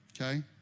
Okay